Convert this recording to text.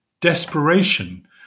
desperation